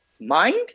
mind